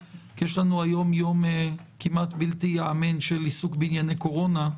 כי יש לנו היום יום כמעט בלתי ייאמן של עיסוק בענייני קורונה.